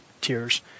tiers